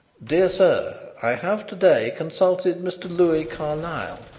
dear sir i have to-day consulted mr. louis carlyle,